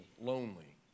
lonely